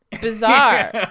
bizarre